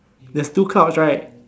there's two clouds right